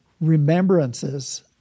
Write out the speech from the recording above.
remembrances